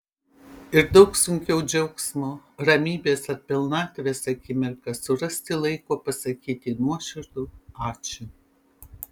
ir daug sunkiau džiaugsmo ramybės ar pilnatvės akimirką surasti laiko pasakyti nuoširdų ačiū